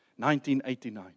1989